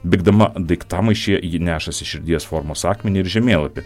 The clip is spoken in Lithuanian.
bėgdama daiktamaišyje ji nešasi širdies formos akmenį ir žemėlapį